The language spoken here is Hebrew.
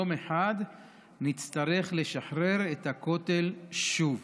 יום אחד נצטרך לשחרר את הכותל שוב.